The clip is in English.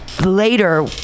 later